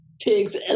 pigs